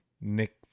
Nick